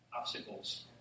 Obstacles